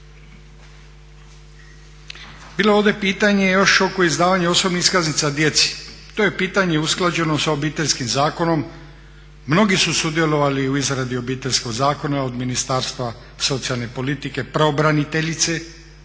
Bilo je ovdje pitanje još oko izdavanja osobnih iskaznica djeci. To je pitanje usklađeno sa Obiteljskim zakonom. Mnogi su sudjelovali u izradi Obiteljskog zakona, od Ministarstva socijalne politike, pravobraniteljice